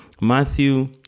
Matthew